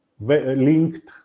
linked